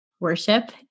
worship